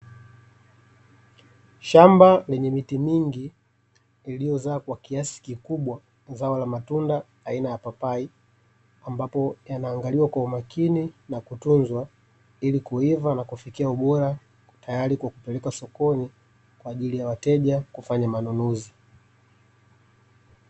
Shamba lenye miti mingi lililozaa kwa kiasi kikubwa zao la matunda aina ya papai, ambapo yanaangaliwa kwa umakini na kutunzwa, ili kuiva na kufikia ubora tayari kwa kupelekwa sokoni, kwa ajili ya wateja kufanya manunuzi.